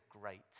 Great